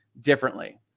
differently